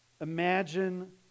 imagine